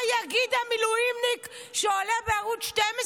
מה יגיד המילואימניק שעולה בערוץ 12